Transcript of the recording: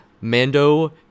Mando